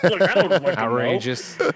Outrageous